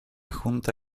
junta